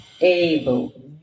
able